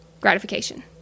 gratification